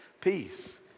peace